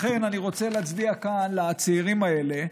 לכן אני רוצה להצדיע כאן לצעירים האלה,